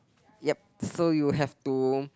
ya so you have to